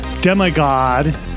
demigod